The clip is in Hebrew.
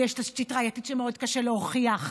ויש תשתית ראייתית שמאוד קשה להוכיח,